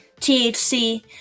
THC